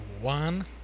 one